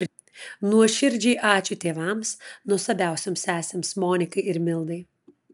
nuoširdžiai ačiū tėvams nuostabiausioms sesėms monikai ir mildai